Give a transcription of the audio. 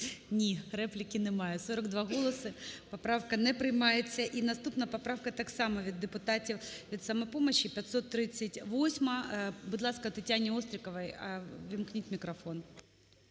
Ні, репліки немає. 13:09:10 За-42 42 голоси. Поправка не приймається. І наступна поправка так само від депутатів від "Самопомочі", 538-а. Будь ласка, ТетяніОстріковій, увімкніть мікрофон.